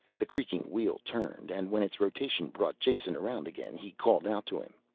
the creaking wheel turned and when its rotation brought jason around again he called out to him.